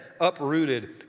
uprooted